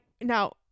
now